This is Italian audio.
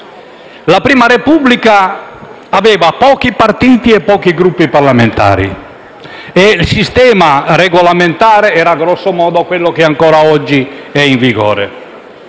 La Prima Repubblica aveva pochi partiti e pochi Gruppi parlamentari e il sistema regolamentare era *grosso modo* quello ancora oggi in vigore.